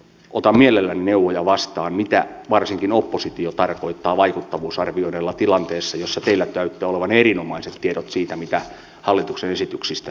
otan mielelläni neuvoja vastaan mitä varsinkin oppositio tarkoittaa vaikuttavuusarvioinneilla tilanteessa jossa teillä näyttää olevan erinomaiset tiedot siitä mitä hallituksen esityksistä seuraa